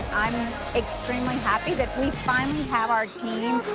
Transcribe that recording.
extremely happy that we finally have our team.